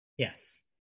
Yes